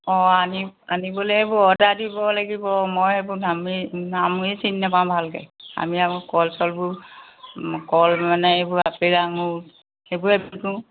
অঁ আনি আনিবলৈ এইবোৰ অৰ্ডাৰ দিব লাগিব মই সেইবোৰ নামেই নামেই চিনি নেপাওঁ ভালকৈ আমি আকৌ কল চলবোৰ কল মানে এইবোৰ আপেল আঙুৰ সেইবোৰে বিকোঁ